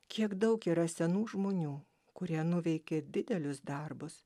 kiek daug yra senų žmonių kurie nuveikė didelius darbus